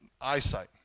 eyesight